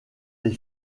des